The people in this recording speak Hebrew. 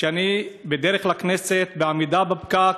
כשאני בדרך לכנסת, בעמידה בפקק,